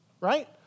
right